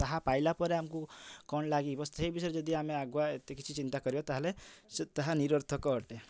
ତାହା ପାଇଲା ପରେ ଆମକୁ କଣ ଲାଗିବ ସେ ବିଷୟରେ ଯଦି ଆମେ ଆଗୁଆ ଏତେ କିଛି ଚିନ୍ତା କରିବା ତାହେଲେ ସେ ତାହା ନିରଥର୍କ ଅଟେ